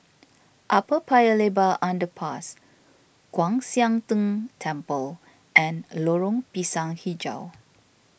Upper Paya Lebar Underpass Kwan Siang Tng Temple and Lorong Pisang HiJau